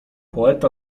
poeta